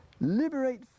liberate